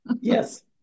Yes